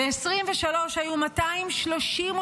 ב-2023 היו 233,